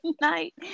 Night